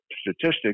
statistics